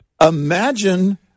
Imagine